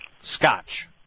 Scotch